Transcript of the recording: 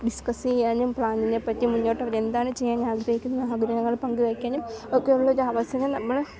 discuss ചെയ്യാനും പ്ലാനിനെ പറ്റി മുന്നോട്ട് അവർ എന്താണ് ചെയ്യാൻ ആഗ്രഹിക്കുന്നത് ആഗ്രഹങ്ങൾ പങ്കുവയ്ക്കാനും ഒക്കെ ഉള്ള ഒരു അവസരം നമ്മൾ